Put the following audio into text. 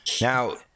Now